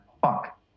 fuck